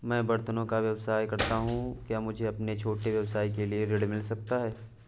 मैं बर्तनों का व्यवसाय करता हूँ क्या मुझे अपने छोटे व्यवसाय के लिए ऋण मिल सकता है?